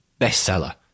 bestseller